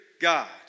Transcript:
God